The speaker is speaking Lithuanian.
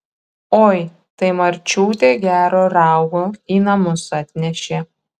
oi tai marčiutė gero raugo į namus atnešė